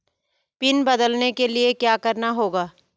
Pin बदलने के लिए क्या करना होगा?